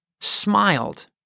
smiled